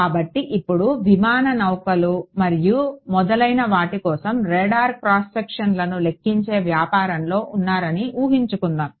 కాబట్టి ఇప్పుడు విమాన నౌకల మరియు మొదలైన వాటి కోసం రాడార్ క్రాస్ సెక్షన్లను లెక్కించే వ్యాపారంలో ఉన్నారని ఊహించుకుందాం